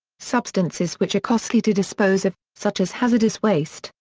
substances which are costly to dispose of, such as hazardous waste,